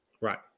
Right